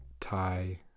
tie